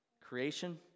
Creation